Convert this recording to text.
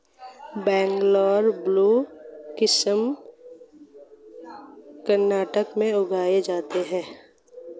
Bangalore blue किस्म कर्नाटक में उगाई जाती है